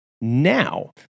now